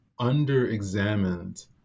underexamined